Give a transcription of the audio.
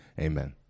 Amen